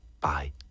Bye